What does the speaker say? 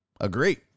Agree